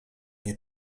nie